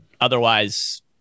otherwise